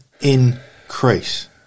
increase